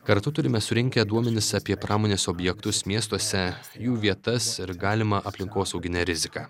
kartu turime surinkę duomenis apie pramonės objektus miestuose jų vietas ir galimą aplinkosauginę riziką